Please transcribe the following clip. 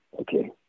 Okay